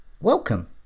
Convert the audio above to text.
welcome